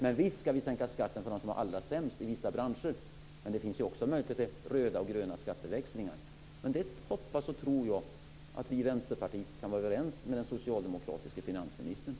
Men visst ska vi sänka skatten för dem som har det allra sämst i vissa branscher. Det finns också möjligheter till röda och gröna skatteväxlingar. Det hoppas jag att vi i Vänsterpartiet kan vara överens med den socialdemokratiske finansministern om.